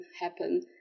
happen